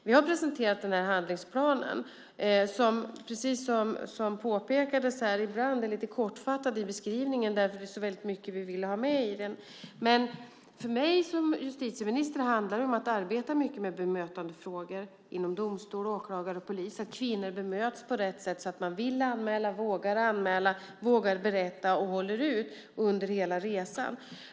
Vi har presenterat handlingsplanen som, precis som påpekades, ibland är lite kortfattad i beskrivningarna, vilket beror på att vi vill ha med väldigt mycket i den. För mig som justitieminister handlar det om att arbeta mycket med bemötandefrågor inom domstol, åklagarväsende och polis för att bemöta kvinnor på rätt sätt så att de vill och vågar anmäla, vågar berätta och håller ut under hela resan.